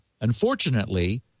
Unfortunately